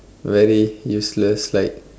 very useless like